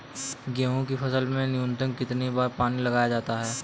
गेहूँ की फसल में न्यूनतम कितने बार पानी लगाया जाता है?